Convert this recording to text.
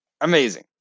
Amazing